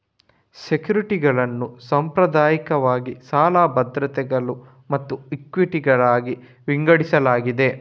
ಸೆಕ್ಯುರಿಟಿಗಳನ್ನು ಸಾಂಪ್ರದಾಯಿಕವಾಗಿ ಸಾಲ ಭದ್ರತೆಗಳು ಮತ್ತು ಇಕ್ವಿಟಿಗಳಾಗಿ ವಿಂಗಡಿಸಲಾಗಿದೆ